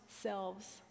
selves